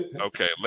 Okay